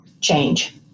change